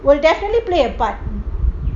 will definitely play a part